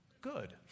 Good